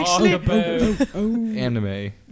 Anime